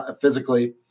physically